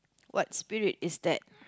what spirit is that